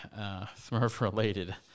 Smurf-related